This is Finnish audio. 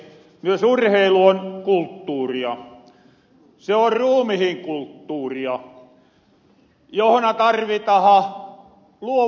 myös urheilu on kulttuuria se on ruumihinkulttuuria johona tarvitahan luovaa hulluutta